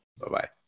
Bye-bye